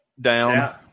Down